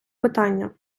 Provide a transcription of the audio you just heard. питання